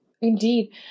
Indeed